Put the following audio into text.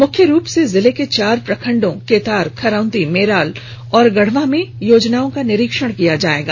मुख्य रूप से जिले के चार प्रखंड केतार खराँधी मेराल व गढ़वा में योजनाओं का निरीक्षण किया जायेगा